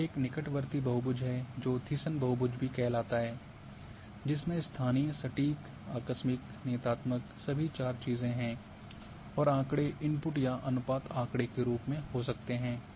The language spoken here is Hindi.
यह एक निकटवर्ती बहुभुज है जो थिसन बहुभुज भी कहलाता है जिसमे स्थानीय सटीक आकस्मिक नियतात्मक सभी चार चीजें हैं और आँकड़े इनपुट या अनुपात आँकड़े के रूपमें हो सकते हैं